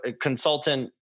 consultant